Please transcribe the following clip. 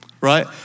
Right